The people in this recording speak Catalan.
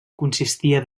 consistia